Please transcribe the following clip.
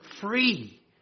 Free